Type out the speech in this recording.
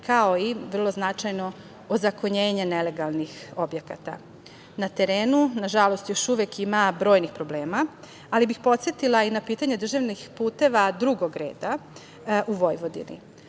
kao i vrlo značajno ozakonjenje nelegalnih objekata. Na terenu, nažalost, ima još uvek brojnih problema, ali bih podsetila i na pitanje državnih puteva drugog reda u Vojvodini.